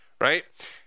right